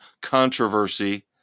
controversy